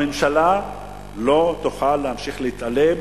הממשלה לא תוכל להמשיך להתעלם